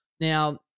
now